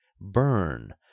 burn